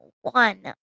one